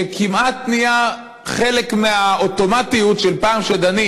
שכמעט נהיה חלק מהאוטומטיות שכשדנים